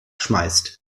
schmeißt